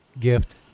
gift